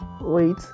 wait